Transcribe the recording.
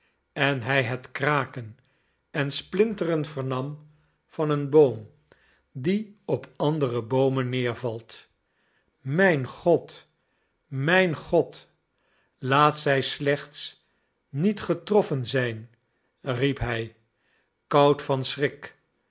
on hij het kraken en splinteren vernam van een boom die op andere boomen nedervalt mijn god mijn god laat zij slechts niet getroffen zijn riep hij koud van schrik